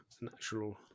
natural